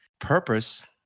purpose